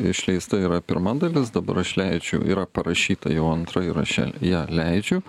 išleista yra pirma dalis dabar aš leidžiu yra parašyta jau antra ir aš ją ją leidžiu